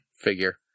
figure